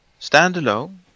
standalone